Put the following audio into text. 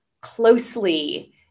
closely